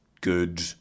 good